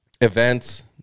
events